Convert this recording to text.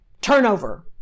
turnover